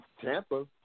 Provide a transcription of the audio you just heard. Tampa